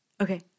Okay